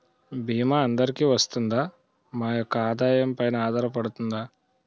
భీమా అందరికీ వరిస్తుందా? మా యెక్క ఆదాయం పెన ఆధారపడుతుందా?